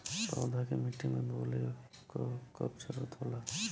पौधा के मिट्टी में बोवले क कब जरूरत होला